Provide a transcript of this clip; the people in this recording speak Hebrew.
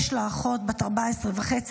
יש לה אחות בת 14 וחצי.